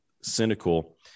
cynical